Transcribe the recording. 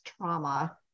trauma